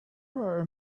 are